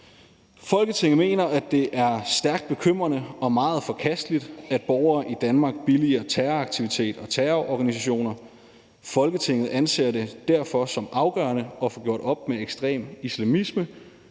»Folketinget mener, at det er stærkt bekymrende og meget forkasteligt, at borgere i Danmark billiger terroraktivitet og terrororganisationer. Folketinget anser det derfor som afgørende at få gjort op med ekstrem islamisme